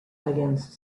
against